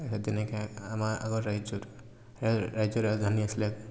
তাৰপিছত তেনেকে আমাৰ আগৰ ৰাজ্য ৰাজ্যৰ ৰাজধানী আছিলে